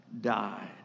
died